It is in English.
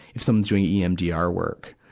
if someone's doing emdr work,